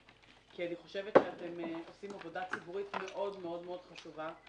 כי אני חושבת שאתם עושים עבודה ציבורית מאוד מאוד חשובה.